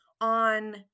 on